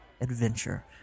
Adventure